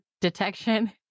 detection